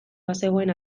bazegoen